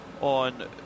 on